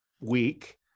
week